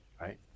right